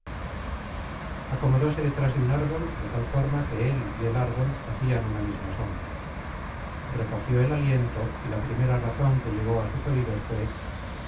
acomodóse detras de un árbol de tal forma que él y el árbol hacian una misma sombra recogió el aliento y la primera razon que llegó á sus oidos fué